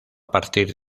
partir